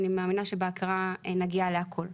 אני מאמינה שבהקראה נגיע להכל.